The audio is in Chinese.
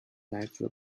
来自